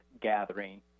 Gathering